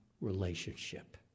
relationship